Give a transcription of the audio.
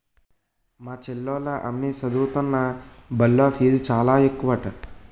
మా చెల్లోల అమ్మి సదువుతున్న బల్లో ఫీజు చాలా ఎక్కువట